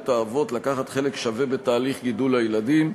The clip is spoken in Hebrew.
את האבות לקחת חלק שווה בתהליך גידול הילדים.